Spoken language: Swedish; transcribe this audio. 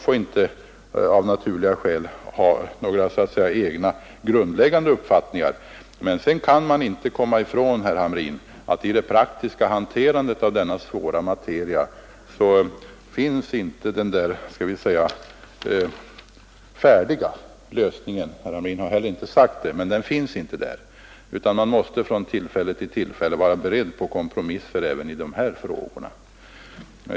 SJ skall av naturliga skäl inte ha några egna grundläggande uppfattningar om trafikpolitiken. Men sedan kan man inte komma ifrån, herr Hamrin, att för det praktiska hanterandet av denna svåra materia finns inte den så att säga färdiga lösningen — herr Hamrin har heller inte påstått det — utan man måste från fall till fall vara beredd på kompromisser även i de här frågorna.